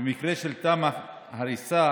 ובמקרה של תמ"א הריסה,